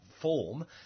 form